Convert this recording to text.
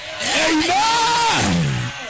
Amen